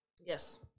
yes